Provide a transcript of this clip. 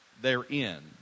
therein